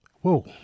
Whoa